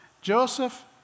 Joseph